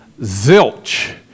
zilch